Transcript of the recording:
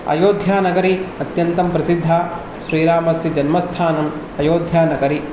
अयोध्यानगरी अत्यन्तं प्रसिद्धा श्रीरामस्य जन्मस्थानम् अयोध्यानगरी